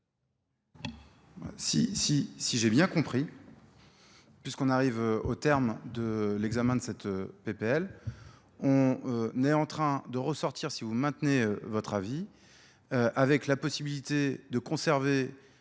Si j'ai bien compris, puisqu'on arrive au terme de l'examen de cette PPL, on est en train de ressortir, si vous maintenez votre avis, avec la possibilité de conserver